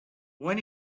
when